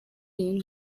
iyi